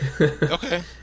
Okay